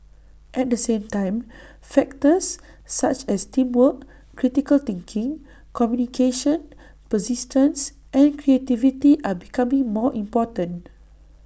at the same time factors such as teamwork critical thinking communication persistence and creativity are becoming more important